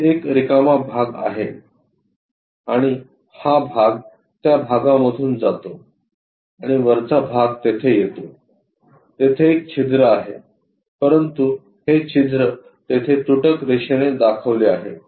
तिथे एक रिकामा भाग आहे आणि हा भाग त्या भागामधून जातो आणि वरचा भाग तेथे येतो तेथे एक छिद्र आहे परंतु हे छिद्र तेथे तुटक रेषेने दाखवले आहे